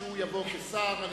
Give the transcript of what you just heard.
תמו קריאות הביניים של שניכם.